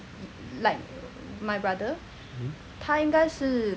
mmhmm